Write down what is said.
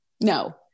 No